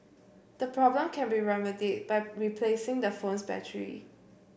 the problem can be remedied by replacing the phone's battery